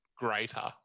Greater